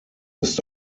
ist